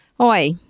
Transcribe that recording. Oi